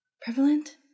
Prevalent